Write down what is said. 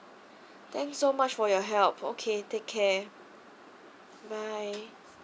thanks so much for your help okay take care bye